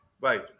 Right